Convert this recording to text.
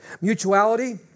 mutuality